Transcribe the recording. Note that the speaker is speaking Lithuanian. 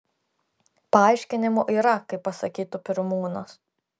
paaiškinimų yra kaip pasakytų pirmūnas